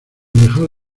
dejaos